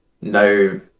No